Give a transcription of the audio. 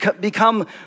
become